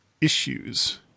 issues